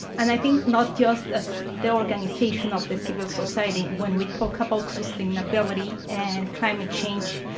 and i think not just ah so the organization of the civil society. when we talk about sustainability and climate change,